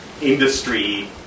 industry